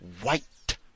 white